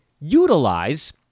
utilize